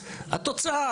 התוצאה,